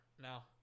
now